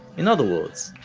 in other words,